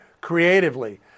creatively